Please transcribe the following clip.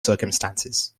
circumstances